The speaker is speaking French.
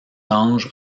ange